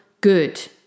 good